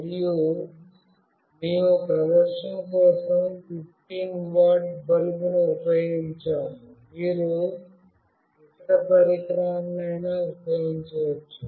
మరియు మేము ప్రదర్శన కోసం 15 వాట్ల బల్బును ఉపయోగించాము మీరు ఏ ఇతర పరికరాన్ని అయినా ఉపయోగించవచ్చు